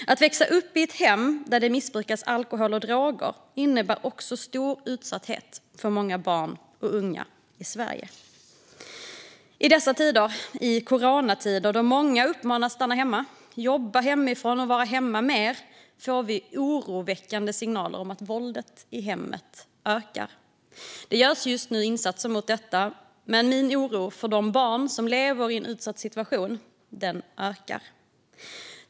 Att växa upp i hem där det missbrukas alkohol och droger innebär också en stor utsatthet för många barn och unga i Sverige. I dessa coronatider då många uppmanas att stanna hemma, jobba hemifrån och vara hemma mer får vi oroväckande signaler om att våld i hemmet ökar. Det görs just nu insatser mot detta. Men min oro för de barn som lever i en utsatt situation ökar.